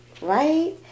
right